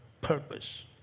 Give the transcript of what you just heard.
purpose